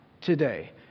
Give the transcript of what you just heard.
today